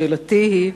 שאלתי היא: